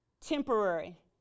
temporary